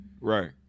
Right